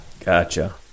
Gotcha